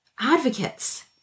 advocates